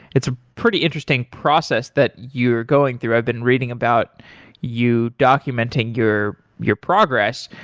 it's a pretty interesting process that you're going through. i've been reading about you documenting your your progress.